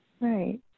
Right